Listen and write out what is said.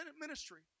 ministry